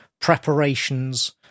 preparations